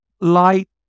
light